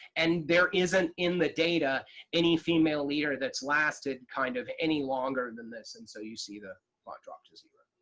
and there isn't in the data any female leader that's lasted kind of any longer than this. and so you see the plot drop to zero.